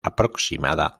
aproximada